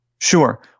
Sure